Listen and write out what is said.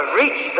reach